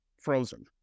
frozen